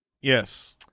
Yes